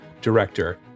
director